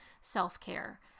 self-care